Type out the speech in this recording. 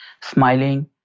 smiling